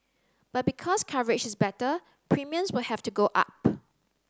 but because coverage is better premiums will have to go up